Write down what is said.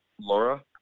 Laura